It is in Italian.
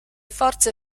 forze